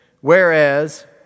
Whereas